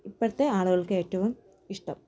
ഇപ്പഴത്തെ ആളുകൾക്ക് ഏറ്റവും ഇഷ്ഠം